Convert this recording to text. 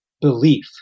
belief